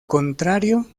contrario